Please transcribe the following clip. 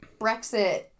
Brexit